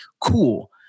Cool